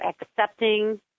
accepting